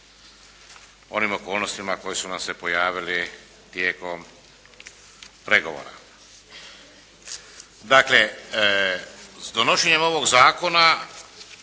onim okolnostima koje su nam se pojavile tijekom pregovora. Dakle s donošenjem ovog zakona